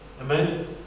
Amen